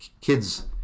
Kids